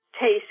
Taste